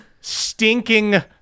stinking